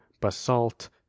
basalt